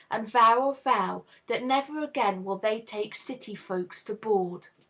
and vow a vow that never again will they take city folks to board.